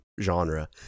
genre